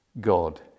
God